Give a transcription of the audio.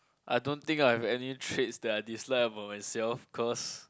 I don't think I have any traits that I dislike about myself cause